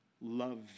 love